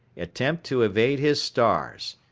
attempt to evade his stars.